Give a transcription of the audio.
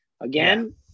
again